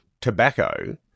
tobacco